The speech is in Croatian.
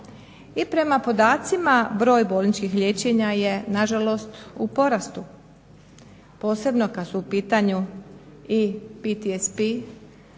I prema podacima broj bolničkih liječenja je na žalost u porastu posebno kad su u pitanju i PTSP